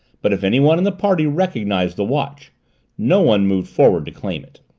but if anyone in the party recognized the watch no one moved forward to claim it.